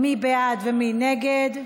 מי בעד ומי נגד?